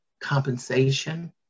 compensation